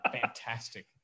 fantastic